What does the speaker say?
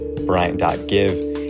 bryant.give